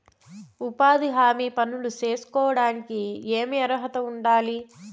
ఉపాధి హామీ పనులు సేసుకోవడానికి ఏమి అర్హత ఉండాలి?